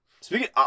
Speaking